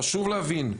חשוב להבין,